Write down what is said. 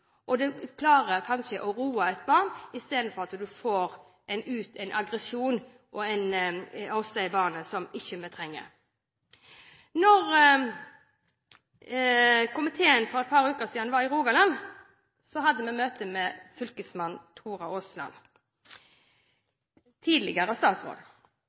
Det klarer kanskje å roe et barn i stedet for å føre til aggresjon hos barnet – som man ikke trenger. Da komiteen for et par uker siden var i Rogaland, hadde vi møte med fylkesmann og tidligere statsråd Tora Aasland.